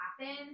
happen